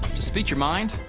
to speak your mind?